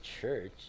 church